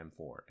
M4